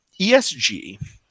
ESG